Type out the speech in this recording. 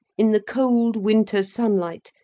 in the cold winter sunlight,